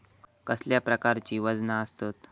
कसल्या प्रकारची वजना आसतत?